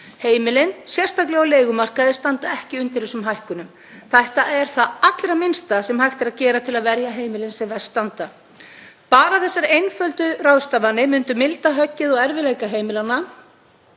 Heimilin, sérstaklega á leigumarkaði, standa ekki undir þessum hækkunum. Þetta er það allra minnsta sem hægt er að gera til að verja heimilin sem verst standa. Bara þessar einföldu ráðstafanir myndu milda höggið og erfiðleika heimilanna